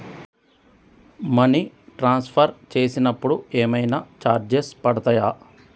Money transfer చేసినప్పుడు ఏమైనా charges పడతయా?